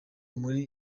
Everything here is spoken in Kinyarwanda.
muri